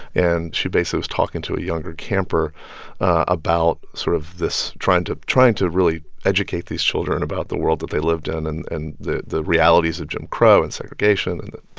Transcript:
and she basically was talking to a younger camper about sort of this trying to trying to really educate these children about the world that they lived in and and the the realities of jim crow and segregation and the,